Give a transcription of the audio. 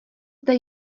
zde